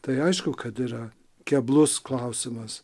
tai aišku kad yra keblus klausimas